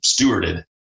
stewarded